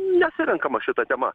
nesirenkama šita tema